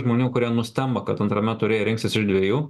žmonių kurie nustemba kad antrame ture rinksis iš dviejų